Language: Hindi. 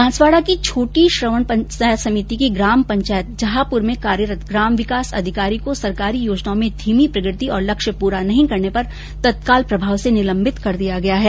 बांसवाडा की छोटी श्रवण पंचायत समिति की ग्राम पंचायत जहापुर में कार्यरत ग्राम विकास अधिकारी को सरकारी योजनाओं में धीमी प्रगति और लक्ष्य पूरा नहीं करने पर तत्काल प्रभाव से निलंबित कर दिया गया है